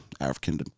African